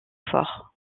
fort